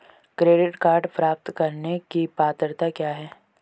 Credit card प्राप्त करने की पात्रता क्या है?